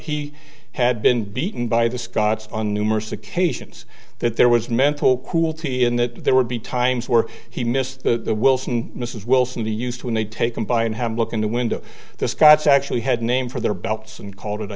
he had been beaten by the scots on numerous occasions that there was mental cruelty in that there would be times where he missed the wilson mrs wilson they used when they'd take him by and have a look in the window the scots actually had a name for their belts and called